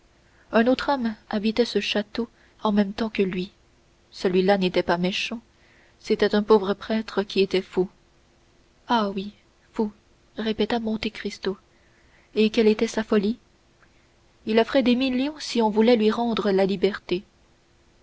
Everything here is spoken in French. un autre homme habitait ce château en même temps que lui celui-là n'était pas méchant c'était un pauvre prêtre qui était fou ah oui fou répéta monte cristo et quelle était sa folie il offrait des millions si on voulait lui rendre la liberté